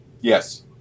Yes